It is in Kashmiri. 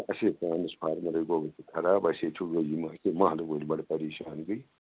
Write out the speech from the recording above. اَسہِ ۂے ٹرانَس فارمَرٕے گوٚو ہُتہِ خراب اَسہِ ۂے چھِ ہُم ییٚتہِ محلہ وٲلۍ بَڑٕ پریشان گٕے